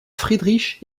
friedrich